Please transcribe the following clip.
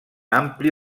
ampli